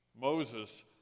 Moses